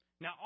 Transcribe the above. Now